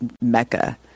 Mecca